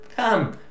Come